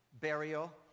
burial